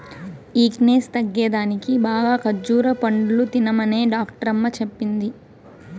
weakness తగ్గేదానికి బాగా ఖజ్జూర పండ్లు తినమనే డాక్టరమ్మ చెప్పింది